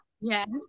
Yes